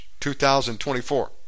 2024